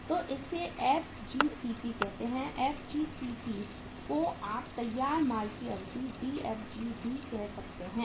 तो इसे FGCP कहते हैं FGCP को आप तैयार माल की अवधि भी कह सकते हैं